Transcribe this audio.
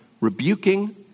rebuking